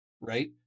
right